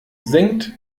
senkt